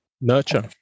nurture